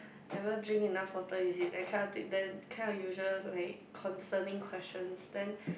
never drink enough water is it that kind of the kind of usual like concerning questions then